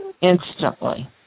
Instantly